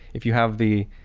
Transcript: if you have the